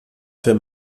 für